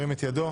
ירים את ידו.